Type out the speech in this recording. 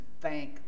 thank